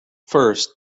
first